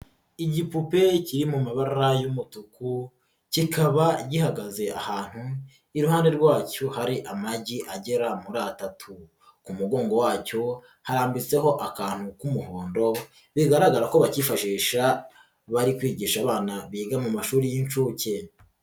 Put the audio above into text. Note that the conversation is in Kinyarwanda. Igipupe kiri mu mabara y'umutuku kikaba gihagaze ahantu iruhande rwacyo hari amagi agera muri atatu, ku mugongo wacyo harambitseho akantu k'umuhondo bigaragara ko bakifashisha bari kwigisha abana biga mu mashuri y'inshuke.